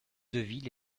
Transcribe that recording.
deville